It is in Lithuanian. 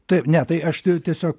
tai ne tai aš tiesiog